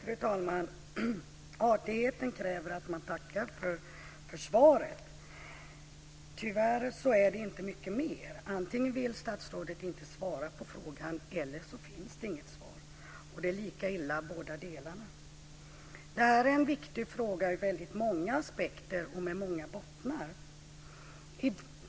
Fru talman! Artigheten kräver att man tackar för svaret. Tyvärr är det inte mycket mer. Antingen vill statsrådet inte svara på frågan eller så finns det inget svar. Det är lika illa båda delarna. Det här är en viktig fråga ur väldigt många aspekter och som har många bottnar.